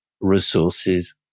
resources